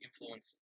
influence